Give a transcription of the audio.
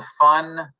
fun